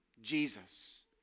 Jesus